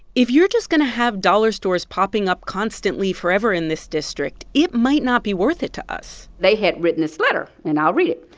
if you're just going to have dollar stores popping up constantly forever in this district, it might not be worth it to us they had written this letter, and i'll read it.